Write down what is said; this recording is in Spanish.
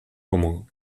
como